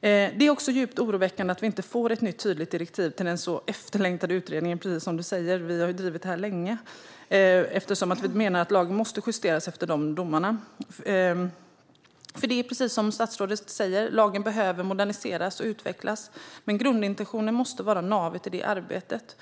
Det är också djupt oroväckande att vi inte får ett nytt, tydligt direktiv till den så efterlängtade utredningen. Precis som statsrådet säger har vi drivit det här länge, eftersom vi menar att lagen måste justeras efter domarna. Visst behöver lagen moderniseras och utvecklas, men grundintentionen måste vara navet i det arbetet.